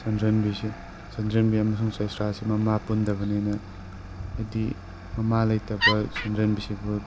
ꯁꯟꯗ꯭ꯔꯦꯝꯕꯤꯁꯦ ꯁꯟꯗ꯭ꯔꯦꯝꯕꯤ ꯑꯃꯁꯨꯡ ꯆꯩꯁ꯭ꯔꯥꯁꯦ ꯃꯃꯥ ꯄꯨꯟꯗꯕꯅꯤꯅ ꯍꯥꯏꯗꯤ ꯃꯃꯥ ꯂꯩꯇꯕ ꯁꯟꯗ꯭ꯔꯦꯝꯕꯤꯁꯤꯕꯨ